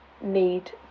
need